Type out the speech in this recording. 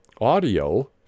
audio